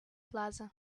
plaza